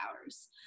hours